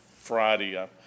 Friday